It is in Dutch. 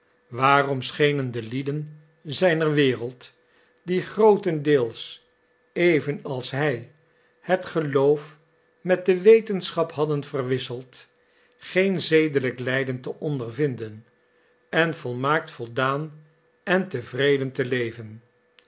waarom schenen de lieden zijner wereld die grootendeels even als hij het geloof met de wetenschap hadden verwisseld geen zedelijk lijden te ondervinden en volmaakt voldaan en tevreden te leven